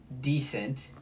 decent